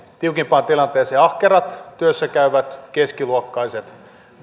tiukimpaan tilanteeseen ahkerat työssäkäyvät keskiluokkaiset